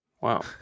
Wow